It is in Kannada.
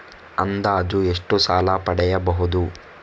ಅಂದಾಜು ಎಷ್ಟು ಸಾಲ ಪಡೆಯಬಹುದು?